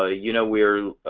ah you know we're